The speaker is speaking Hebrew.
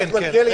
כן, כן.